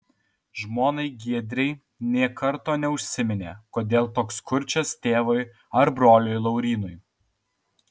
žmonai giedrei nė karto neužsiminė kodėl toks kurčias tėvui ar broliui laurynui